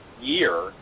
year